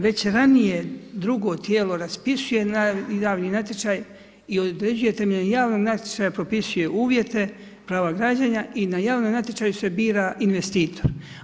Već ranije drugo tijelo raspisuje javni natječaj i određuje temeljem javnog natječaja propisuje uvjete prava građenja i na javnom natječaju se bira investitor.